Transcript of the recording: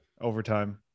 overtime